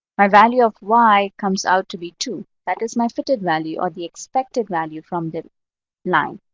my value of y comes out to be two. that is my fitted value or the expected value from the line.